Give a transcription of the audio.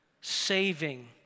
saving